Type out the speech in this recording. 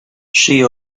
she